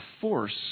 force